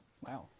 Wow